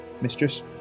mistress